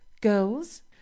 girls